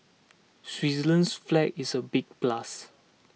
Switzerland's flag is a big plus